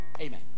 Amen